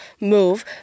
move